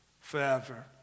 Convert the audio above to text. forever